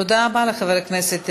תודה רבה לחבר הכנסת